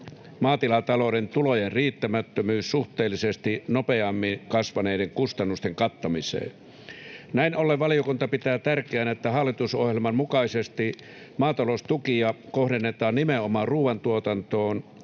maatilatalouden tulojen riittämättömyys suhteellisesti nopeammin kasvaneiden kustannusten kattamiseen. Näin ollen valiokunta pitää tärkeänä, että hallitusohjelman mukaisesti maataloustukia kohdennetaan nimenomaan ruoantuotantoon